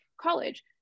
college